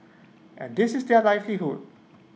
and this is their livelihood